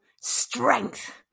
strength